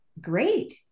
Great